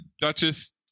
Duchess